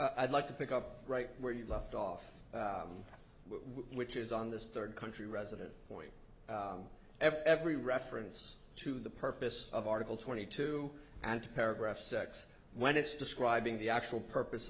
i'd like to pick up right where you left off which is on this third country resident point every reference to the purpose of article twenty two and paragraph sex when it's describing the actual purpose